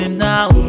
now